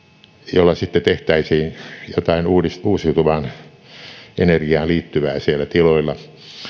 jolla sitten tehtäisiin jotain uusiutuvaan energiaan liittyvää siellä tiloilla